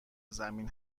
زمین